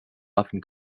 often